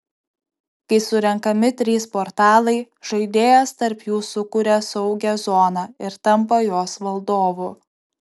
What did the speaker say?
kai surenkami trys portalai žaidėjas tarp jų sukuria saugią zoną ir tampa jos valdovu